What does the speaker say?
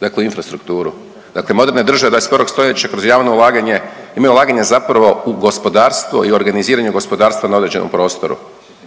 dakle infrastrukturu. Dakle, moderne države 21. stoljeća kroz javno ulaganje imaju ulaganja zapravo u gospodarstvo i organiziranje gospodarstva na određenom prostoru.